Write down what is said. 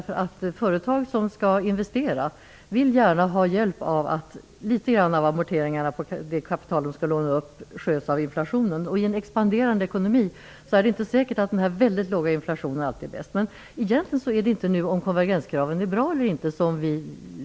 Företag som skall investera vill gärna ha hjälp av att en del av amorteringarna på det kapital de skall låna upp sköts av inflationen. I en expanderande ekonomi är det inte säkert att den låga inflationen alltid är bäst. Egentligen diskuterar vi inte frågan om konvergenskraven är bra eller inte.